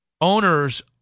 Owners